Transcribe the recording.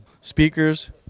speakers